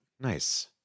Nice